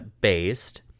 based